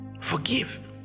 forgive